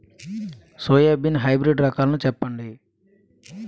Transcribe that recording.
Soybean hybrid రకాలను చెప్పండి?